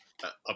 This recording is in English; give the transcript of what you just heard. Up